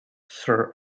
sir